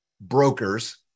brokers